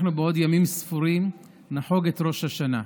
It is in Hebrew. אנחנו בעוד ימים ספורים נחוג את ראש השנה,